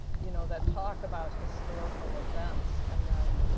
you know, that talk about historical events and then